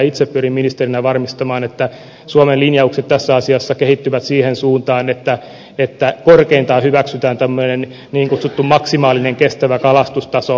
itse pyrin ministerinä varmistamaan että suomen linjaukset tässä asiassa kehittyvät siihen suuntaan että korkeintaan hyväksytään tämmöinen niin kutsuttu maksimaalinen kestävä kalastustaso